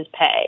pay